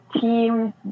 team